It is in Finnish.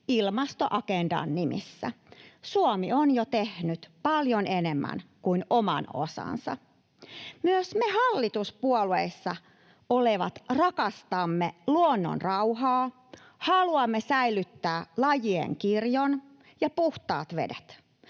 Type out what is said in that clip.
ilmastoagendan nimissä. Suomi on jo tehnyt paljon enemmän kuin oman osansa. Myös me hallituspuolueissa olevat rakastamme luonnonrauhaa. Haluamme säilyttää lajien kirjon ja puhtaat vedet,